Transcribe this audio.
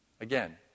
Again